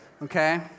Okay